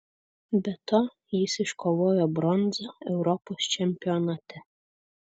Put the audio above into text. be to jis iškovojo bronzą europos čempionate